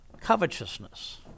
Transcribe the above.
Covetousness